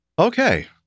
Okay